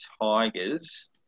Tigers